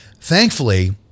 Thankfully